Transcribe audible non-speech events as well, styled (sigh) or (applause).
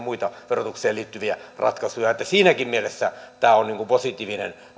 (unintelligible) muiden verotukseen liittyvien ratkaisujen tekemistä siinäkin mielessä tämä on positiivinen